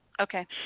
Okay